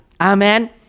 Amen